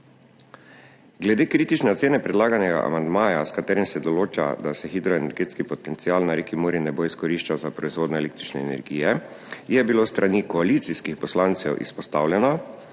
Glede kritične ocene predlaganega amandmaja, s katerim se določa, da se hidroenergetski potencial na reki Muri ne bo izkoriščal za proizvodnjo električne energije, je bilo s strani koalicijskih poslancev izpostavljeno,